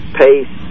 pace